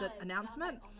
Announcement